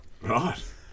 Right